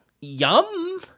Yum